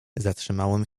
zatrzymałem